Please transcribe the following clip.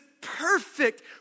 perfect